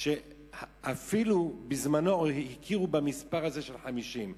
אפילו בזמנו הכירו במספר הזה של 50,